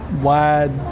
wide